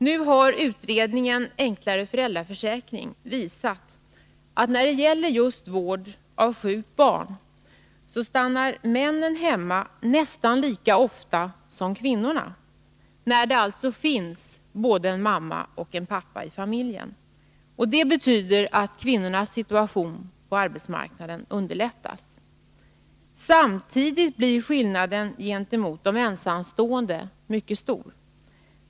Nu har utredningen Enklare föräldraförsäkring visat att när det gäller just vård av sjukt barn stannar männen hemma nästan lika ofta som kvinnorna — när det alltså finns både en mamma och en pappa i familjen. Det betyder att kvinnornas situation på arbetsmarknaden underlättats. Samtidigt blir skillnaden gentemot de ensamstående mycket stor.